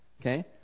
Okay